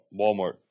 Walmart